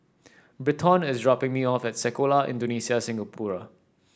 Britton is dropping me off at Sekolah Indonesia Singapura